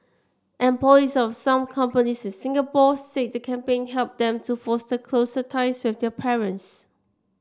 employees of some companies in Singapore said the campaign helped them to foster closer ties with their parents